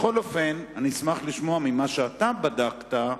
בכל אופן, אשמח לשמוע ממה שאתה בדקת,